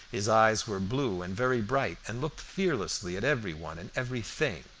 his eyes were blue and very bright, and looked fearlessly at every one and everything,